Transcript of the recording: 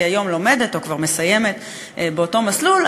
והיום היא לומדת או כבר מסיימת באותו מסלול,